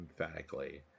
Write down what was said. emphatically